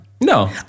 No